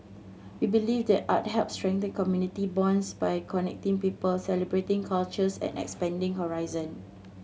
we believe that art helps strengthen community bonds by connecting people celebrating cultures and expanding horizon